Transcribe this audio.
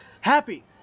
Happy